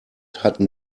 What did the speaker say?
hatten